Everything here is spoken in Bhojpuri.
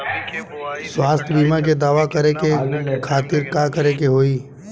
स्वास्थ्य बीमा के दावा करे के खातिर का करे के होई?